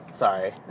Sorry